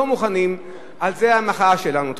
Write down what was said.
על זה המחאה שלנו.